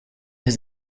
his